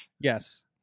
Yes